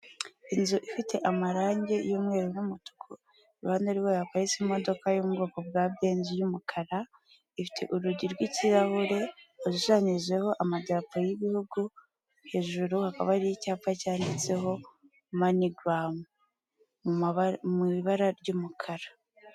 Inzu ifite amarangi y'umweru n'umutuku iruhande rwayo haparitse imodoka yo mubwoko bwa benzi y'umukara, ifite urugi rw'ikirahure rushushanyijeho amadarapo y'ibihugu, hejuru hakaba har' icyapa cyanditseho moneyGram, mw' ibara ry'umukara.